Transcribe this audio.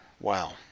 Wow